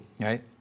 right